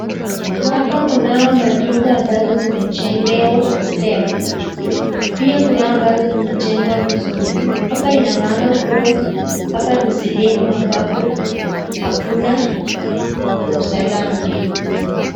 Hapa kunao majumba ambazo zimejengewa hema. Pia kunao ambazo zimejengwa vizuri. Hapa ina maana kuwa hapa ni sehemu ambapo hakuna usalama.